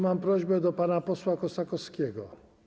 Mam prośbę do pana posła Kossakowskiego.